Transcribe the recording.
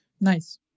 Nice